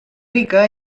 rica